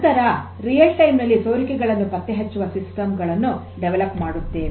ನಂತರ ನೈಜ ಸಮಯದಲ್ಲಿ ಸೋರಿಕೆಗಳನ್ನು ಪತ್ತೆ ಹಚ್ಚುವ ಉಪಕರಣಗಳನ್ನು ಅಭಿವೃದ್ಧಿ ಮಾಡುತ್ತೇವೆ